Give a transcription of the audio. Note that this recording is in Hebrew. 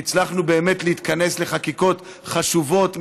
הצלחנו באמת להתכנס לחקיקות חשובות,